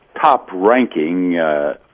top-ranking